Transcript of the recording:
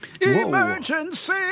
Emergency